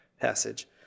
passage